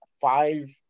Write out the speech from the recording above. five